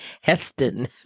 Heston